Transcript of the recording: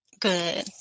Good